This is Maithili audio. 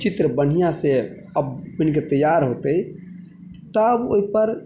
ई चित्र बढ़िआँसँ अब बनिके तैयार होतै तब ओहिपर